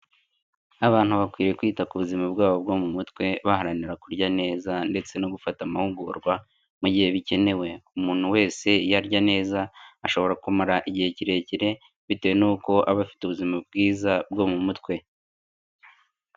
Abantu bakwiye kwita ku buzima bwabo bwo mu mutwe baharanira kurya neza ndetse no gufata amahugurwa mu gihe bikenewe, umuntu wese iyo arya neza ashobora kumara igihe kirekire bitewe nuko aba afite ubuzima bwiza bwo mu mutwe.